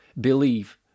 Believe